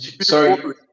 Sorry